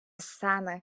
сани